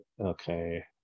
okay